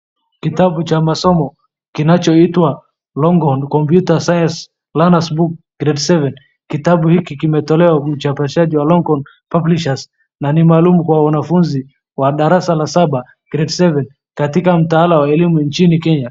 Kitabu cha masomo kinachoitwa Longhorn Computer Science Learners Book Grade Seven . Kitabu hiki kimetolewa mchapashaji wa Longhorn Publishers na ni maalum kwa wanafunzi wa darasa la saba, Grade Seven katika mtaala wa elimu nchini Kenya.